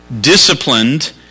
disciplined